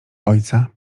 ojca